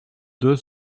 deux